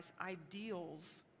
ideals